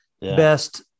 best